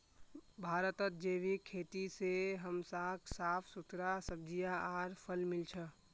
भारतत जैविक खेती से हमसाक साफ सुथरा सब्जियां आर फल मिल छ